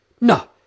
No